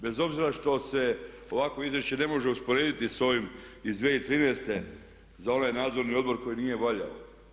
Bez obzira što se ovakvo izvješće ne može usporediti s ovim iz 2013. za onaj nadzorni odbor koji nije valjao.